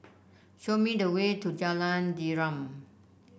show me the way to Jalan Derum